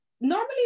normally